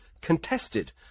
contested